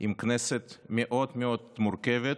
עם כנסת מאוד מאוד מורכבת